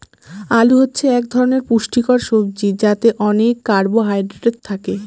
আলু হচ্ছে এক ধরনের পুষ্টিকর সবজি যাতে অনেক কার্বহাইড্রেট থাকে